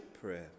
prayer